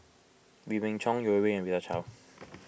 Wee Beng Chong Yeo Wei Wei and Rita Chao